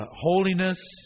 holiness